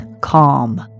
calm